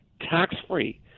tax-free